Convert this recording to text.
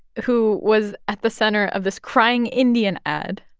who was at the center of this crying indian ad,